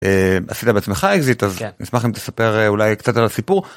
עשית בעצמך אקזיט אז נשמח אם תספר אולי קצת על הסיפור.